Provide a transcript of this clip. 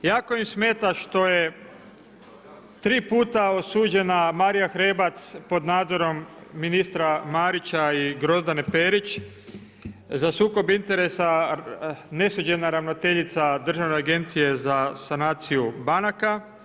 Jako im smeta što je tri puta osuđena Marija Hrebac pod nadzorom ministra Marića i Grozdane Perić za sukob interesa nesuđena ravnateljica Državne agencije za sanaciju banaka.